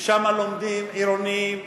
ששם לומדים, עירוניים,